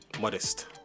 modest